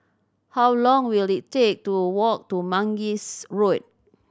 how long will it take to walk to Mangis Road